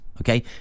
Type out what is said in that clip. okay